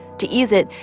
to ease it,